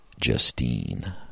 Justine